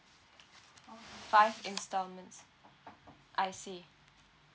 five installments I see